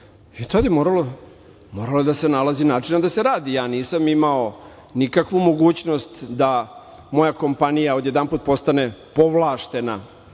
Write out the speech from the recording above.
i tada je moralo da se nalazi načina da se radi, ja nisam imao nikakvu mogućnost da moja kompanija odjedanput postane povlašćena